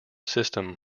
system